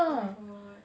oh my god